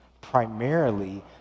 primarily